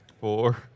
four